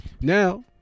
Now